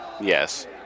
Yes